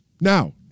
Now